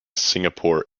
singapore